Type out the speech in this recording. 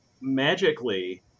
Magically